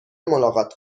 ملاقات